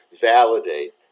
validate